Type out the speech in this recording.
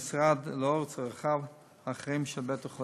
במהלך השנים האחרונות הושקעו במרכז הרפואי